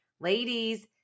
ladies